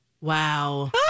Wow